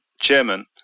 chairman